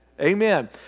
Amen